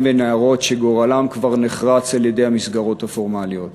ונערות שגורלם כבר נחרץ על-ידי המסגרות הפורמליות.